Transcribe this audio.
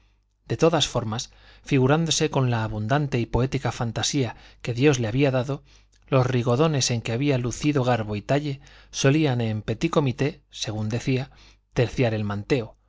de todas maneras figurándose con la abundante y poética fantasía que dios le había dado los rigodones en que había lucido garbo y talle solía en petit comité según decía terciar el manteo